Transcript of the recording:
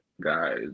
guys